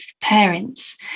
parents